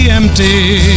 empty